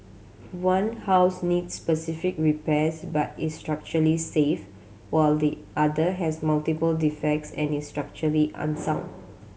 one house needs specific repairs but is structurally safe while the other has multiple defects and is structurally unsound